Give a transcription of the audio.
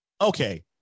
okay